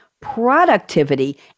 productivity